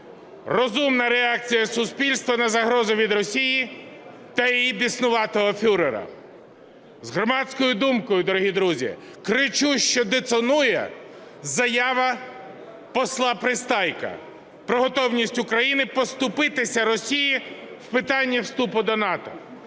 Розумна реакція суспільства на загрозу від Росії та її "біснуватого фюрера". З громадською думкою, дорогі друзі, кричущо дисонує заява посла Пристайка про готовність України поступитися Росії в питанні вступу до НАТО.